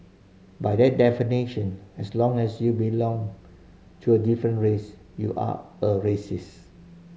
by that definition as long as you belong to a different race you are a racist